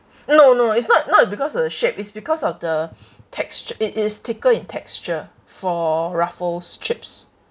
no no it's not not because of the shape it's because of the textu~ it is thicker in texture for Ruffles chips